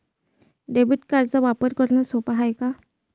Debit कार्डचा वापर भरनं सोप हाय का?